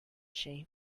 she